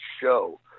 show